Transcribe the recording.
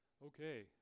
Okay